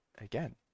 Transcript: again